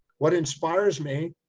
what inspires me?